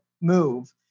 move